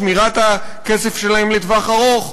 שמירת הכסף שלהם לטווח ארוך,